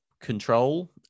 control